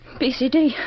BCD